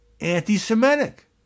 anti-Semitic